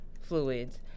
fluids